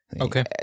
Okay